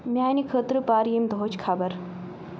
میانِہ خٲطرٕ پَر ییٚمِہ دُوہِچ خبرٕ